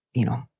you know,